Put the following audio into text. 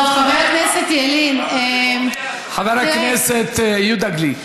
טוב, חבר הכנסת ילין, חבר הכנסת יהודה גליק.